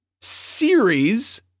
series